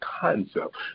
concept